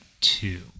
two